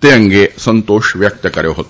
તે અંગે સંતોષ વ્યક્ત કર્યો હતો